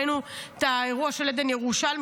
ראינו את האירוע המזעזע של עדן ירושלמי,